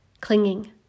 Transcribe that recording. clinging